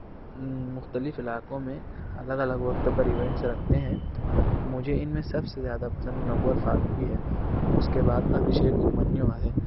مختلف علاقوں میں الگ الگ وقت پر ایونٹس رکھتے ہیں مجھے ان میں سب سے زیادہ پسند منور فاروقی ہے اس کے بعد ابھیشیک ابھیمنیو ہے